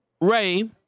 Ray